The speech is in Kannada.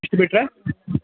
ಇಷ್ಟು ಬಿಟ್ಟರೆ